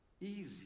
easy